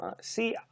See